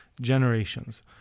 generations